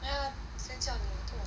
then why 谁叫你